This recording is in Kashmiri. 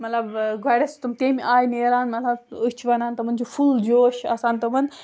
مطلب گۄڈٕنٮ۪تھ چھِ تِم تَمہِ آیہِ نیران مطلب أسۍ چھِ وَنان تِمَن چھُ فُل جوش آسان تِمَن